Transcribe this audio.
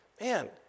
man